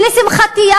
ולשמחתי,